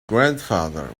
grandfather